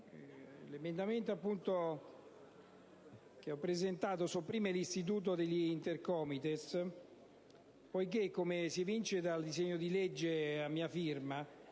l'emendamento 5.200 sopprime l'istituto degli Intercomites, poiché, come si evince dal disegno di legge a mia firma